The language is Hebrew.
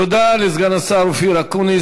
תודה לסגן השר אופיר אקוניס.